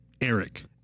Eric